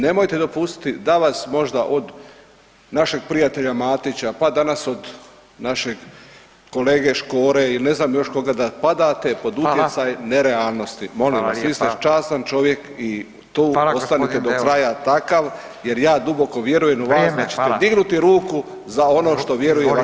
Nemojte dopustiti da vas možda od našeg prijatelja Matića, pa danas od našeg kolege Škore i ne znam još koga, da padate pod utjecaj nerealnosti, [[Upadica Radin: Hvala.]] molim vas, vi ste častan čovjek i to ostanite do kraja takav jer ja duboko vjerujem u vas [[Upadica Radin: Vrijeme, hvala.]] da ćete dignuti ruku za ono što vjeruje vaše srce.